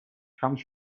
comes